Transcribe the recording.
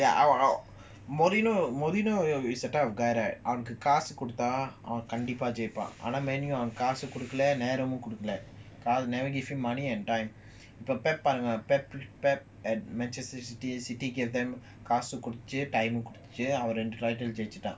ya mourinho mourinho is the type of guy right அவனுக்குகாசுகொடுத்தாஅவன்கண்டிப்பாஜெயிப்பான்காசுகொடுக்கலநேரமும்கொடுக்கல:avanuku kaasu kodutha avan kandipa jeipan kaasu kodukala neramum kodukala never give him money in time but pep pep at manchester city gave them காசுகொடுத்து:kaasu koduthu time um கொடுத்துஅவன்ரெண்டு:koduthu avan rendu title ஜெயிச்சிட்டான்:jeichitan